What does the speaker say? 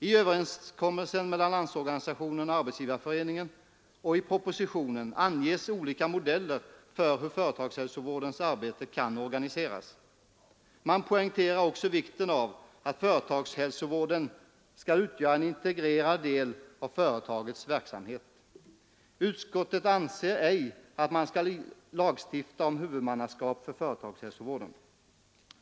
I överenskommelsen mellan LO och SAF och i propositionen anges olika modeller för hur företagshälsovårdens arbete kan organiseras. Man poängterar också vikten av att företagshälsovården utgör en integrerad del av företagets verksamhet. Utskottet anser ej att man skall lagstifta om huvudmannaskap för företagshälsovården.